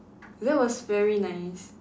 that was very nice